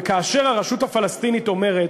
וכאשר הרשות הפלסטינית אומרת,